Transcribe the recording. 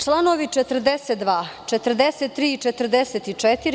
Članovi 42, 43. i 44.